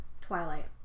Twilight